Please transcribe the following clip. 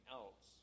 else